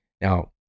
Now